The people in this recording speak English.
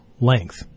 length